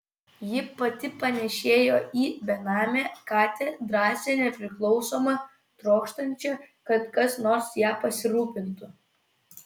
ji pati panėšėjo į benamę katę drąsią nepriklausomą trokštančią kad kas nors ja pasirūpintų